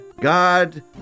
God